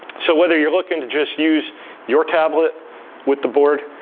so whether you're looking to just use your tablet with the board,